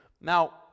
Now